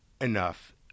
enough